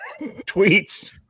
tweets